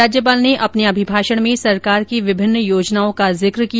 राज्यपाल ने अपने अभिभाषण में सरकार की विभिन्न योजनाओं का जिक्र किया